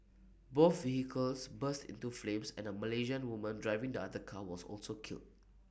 both vehicles burst into flames and A Malaysian woman driving the other car was also killed